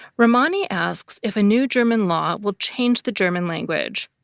ramani asks if a new german law will change the german language.